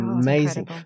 amazing